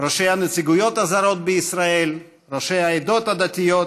ראשי הנציגויות הזרות בישראל, ראשי העדות הדתיות,